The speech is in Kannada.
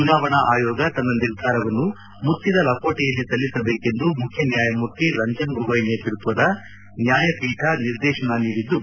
ಚುನಾವಣಾ ಆಯೋಗ ತನ್ನ ನಿರ್ಧಾರವನ್ನು ಮುಳ್ಲಿದ ಲಕೋಟೆಯಲ್ಲಿ ಸಲ್ಲಿಸಬೇಕೆಂದು ಮುಖ್ಯ ನ್ಲಾಯಮೂರ್ತಿ ರಂಜನ್ ಗೊಗೊಯಿ ನೇತೃತ್ವದ ನ್ವಾಯಪೀಠ ನಿರ್ದೇತನ ನೀಡಿದ್ದು